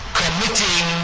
committing